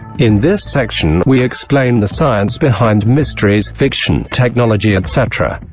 in this section, we explain the science behind mysteries, fiction, technology etc.